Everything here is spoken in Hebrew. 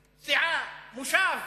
סיעה, מושב,